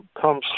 comes